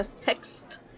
text